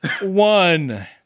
One